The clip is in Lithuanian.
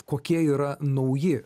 kokie yra nauji